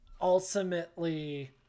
ultimately